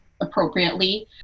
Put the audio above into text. appropriately